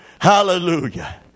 Hallelujah